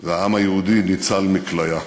והעם היהודי ניצל מכליה.